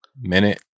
Minute